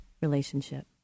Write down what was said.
Relationship